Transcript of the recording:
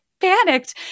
panicked